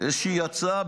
איזושהי הצעה,